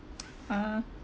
ah